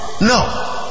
No